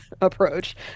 approach